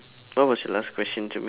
what was your last question to me